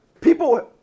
people